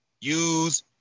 use